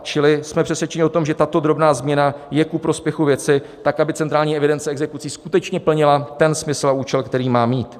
Čili jsme přesvědčeni o tom, že tato drobná změna je ku prospěchu věci tak, aby Centrální evidence exekucí skutečně plnila smysl a účel, který má mít.